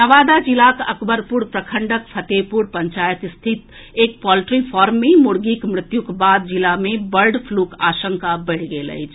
नवादा जिलाक अकबरपुर प्रखंडक फतेहपुर पंचायत स्थित एक पोल्ट्री फार्म मे मुर्गीक मृत्युक बाद जिला मे बर्ड फ्लूक आशंका बढ़ि गेल अछि